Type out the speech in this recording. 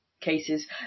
cases